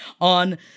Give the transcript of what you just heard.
on